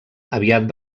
aviat